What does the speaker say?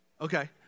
Okay